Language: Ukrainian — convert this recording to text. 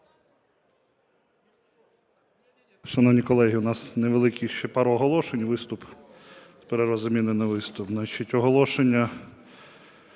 Шановні колеги, у нас невеликі ще пару оголошень. Виступ… перерва з заміною на виступ. Оголошення.